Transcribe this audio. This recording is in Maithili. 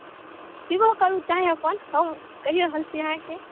पीबो करु चाह अपन